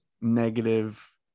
negative